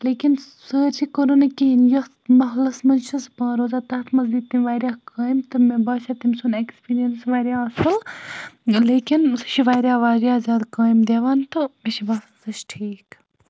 لیکن سٲرسٕے کوٚرُن نہٕ کِہیٖنۍ یَتھ محلَس منٛز چھُ سُہ پانہٕ روزان تَتھ منٛز دِتۍ تٔمۍ واریاہ کامہِ تہٕ مےٚ باسے تٔمۍ سُنٛد ایٚکٕسپیٖریَنٕس واریاہ اصٕل ٲں لیکن سُہ چھُ واریاہ واریاہ زیادٕ کامہِ دِوان تہٕ مےٚ چھُ باسان سُہ چھُ ٹھیٖک